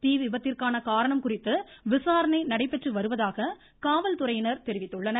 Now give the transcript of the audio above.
தீ விபத்திற்கான காரணம் குறித்து விசாரணை நடைபெற்று வருவதாக காவல்துறையினர் தெரிவித்துள்ளனர்